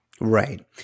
Right